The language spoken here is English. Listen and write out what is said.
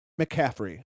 McCaffrey